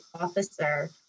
officer